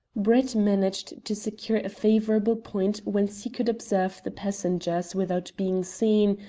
brett managed to secure a favourable point whence he could observe the passengers without being seen,